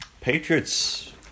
Patriots